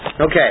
okay